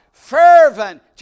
fervent